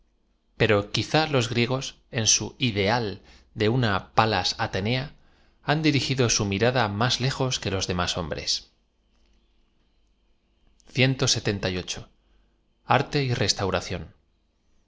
pero quizá los griegos en su ideal de una pa las atenea han dirigido su mirada más lejos que los demás hombres rte y restauración